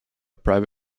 private